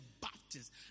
Baptist